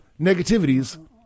negativities